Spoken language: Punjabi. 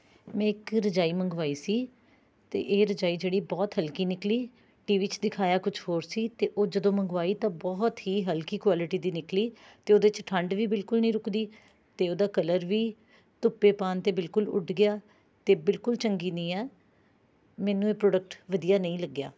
ਮੈਂ ਇੱਕ ਰਜਾਈ ਮੰਗਵਾਈ ਸੀ ਅਤੇ ਇਹ ਰਜਾਈ ਜਿਹੜੀ ਬਹੁਤ ਹਲਕੀ ਨਿਕਲੀ ਟੀ ਵੀ 'ਚ ਦਿਖਾਇਆ ਕੁਛ ਹੋਰ ਸੀ ਅਤੇ ਉਹ ਜਦੋਂ ਮੰਗਵਾਈ ਤਾਂ ਬਹੁਤ ਹੀ ਹਲਕੀ ਕੁਆਲਟੀ ਦੀ ਨਿਕਲੀ ਅਤੇ ਉਹਦੇ 'ਚ ਠੰਡ ਵੀ ਬਿਲਕੁਲ ਨਹੀਂ ਰੁਕਦੀ ਅਤੇ ਉਹਦਾ ਕਲਰ ਵੀ ਧੁੱਪੇ ਪਾਉਣ 'ਤੇ ਬਿਲਕੁਲ ਉੱਡ ਗਿਆ ਅਤੇ ਬਿਲਕੁਲ ਚੰਗੀ ਨਹੀਂ ਆ ਮੈਨੂੰ ਇਹ ਪ੍ਰੋਡਕਟ ਵਧੀਆ ਨਹੀਂ ਲੱਗਿਆ